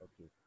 Okay